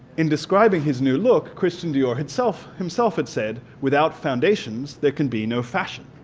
in describing his new look christian dior himself himself had said, without foundations there can be no fashion.